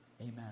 amen